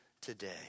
today